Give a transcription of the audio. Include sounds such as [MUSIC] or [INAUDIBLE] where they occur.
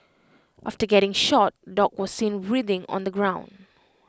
after getting shot dog was seen writhing on the ground [NOISE]